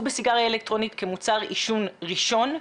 בסיגריה אלקטרונית כמוצר עישון ראשון.